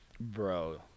Bro